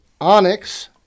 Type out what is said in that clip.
Onyx